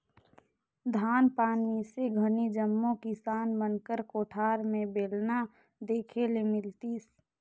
धान पान मिसे घनी जम्मो किसान मन कर कोठार मे बेलना देखे ले मिलतिस